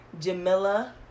Jamila